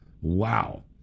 Wow